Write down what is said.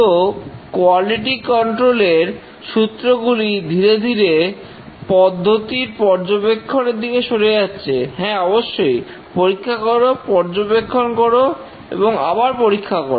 তো quality control এর সূত্র গুলি ধীরে ধীরে পদ্ধতির পর্যবেক্ষণের দিকে সরে যাচ্ছে হ্যাঁ অবশ্যই পরীক্ষা করো পর্যবেক্ষণ করো এবং আবার পরীক্ষা করো